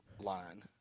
line